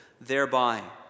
thereby